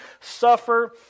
suffer